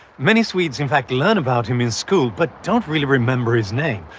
many swedes, in fact, learn about him in school but don't really remember his name.